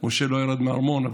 משה לא ירד מהארמון,